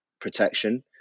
protection